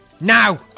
Now